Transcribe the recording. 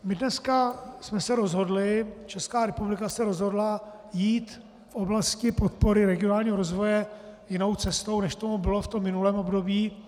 My jsme se dnes rozhodli, Česká republika se rozhodla jít v oblasti podpory regionálního rozvoje jinou cestou, než tomu bylo v minulém období.